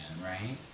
right